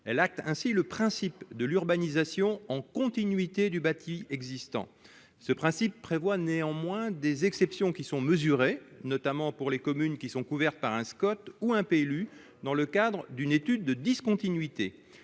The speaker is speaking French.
acte ainsi le principe de l'urbanisation en continuité du bâti existant ce principe prévoit néanmoins des exceptions qui sont mesurés, notamment pour les communes qui sont couverts par un Scott ou un PLU, dans le cadre d'une étude de discontinuité,